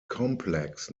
complex